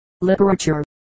literature